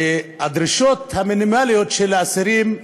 הדרישות המינימליות של האסירים.